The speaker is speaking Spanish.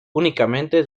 únicamente